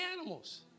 animals